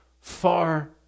far